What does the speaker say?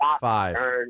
five